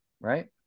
right